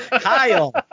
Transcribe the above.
Kyle